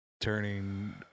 turning